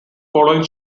following